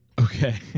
okay